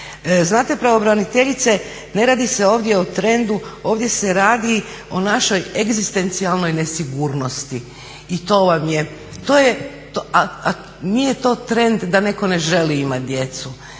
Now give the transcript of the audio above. Znate pravobraniteljice, ne radi se ovdje o trendu, ovdje se radi o našoj egzistencijalnoj nesigurnosti. I to vam je, to je, a nije to trend da netko ne želi imati djecu.